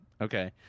Okay